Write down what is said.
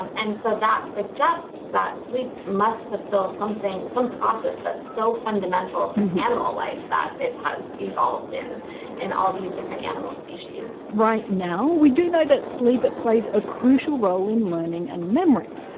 and so that suggests that sleep must fulfill some process that's so fundamental to animal life that it has evolved in and all these different animal species. right now, we do know that sleep but plays a crucial role in learning and memory.